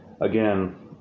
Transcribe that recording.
again